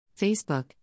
Facebook